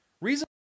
Reason